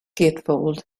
gatefold